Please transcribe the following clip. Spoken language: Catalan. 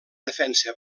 defensa